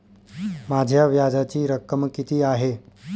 माझ्या व्याजाची रक्कम किती आहे?